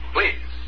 Please